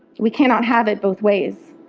we cannot have it both ways.